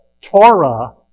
Torah